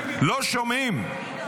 לא שומעים.